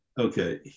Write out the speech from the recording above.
Okay